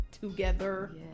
together